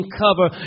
cover